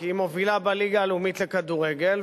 כי היא מובילה בליגה הלאומית לכדורגל,